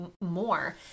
more